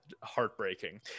heartbreaking